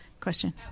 Question